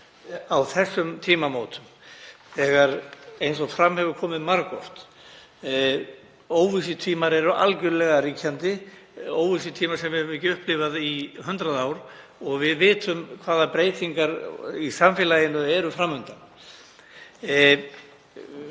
á þessum tímamótum þegar, eins og fram hefur komið margoft, óvissutímar eru algerlega ríkjandi, óvissutímar sem við höfum ekki upplifað í 100 ár og við vitum hvaða breytingar í samfélaginu eru fram undan.